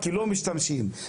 כי לא משתמשים במילה הזאת.